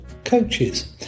Coaches